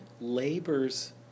labors